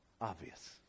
obvious